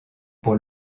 pour